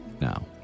now